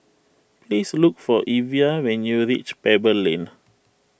please look for Evia when you reach Pebble Lane